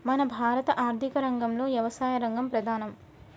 మన భారత ఆర్థిక రంగంలో యవసాయ రంగం ప్రధానం